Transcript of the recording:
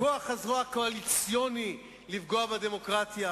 כוח הזרוע הקואליציוני, לפגוע בדמוקרטיה,